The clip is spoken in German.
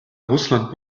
russland